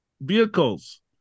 Vehicles